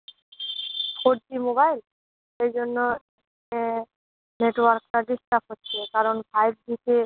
four G mobile সেই জন্য নেটওয়ার্কটা ডিস্টার্ব হচ্ছে কারণ ফাইভ জিতে